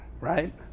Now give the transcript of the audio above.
right